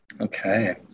Okay